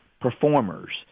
performers